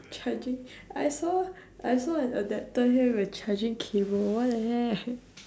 charging I saw I saw an adapter here with charging cable what the heck